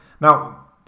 Now